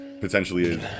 potentially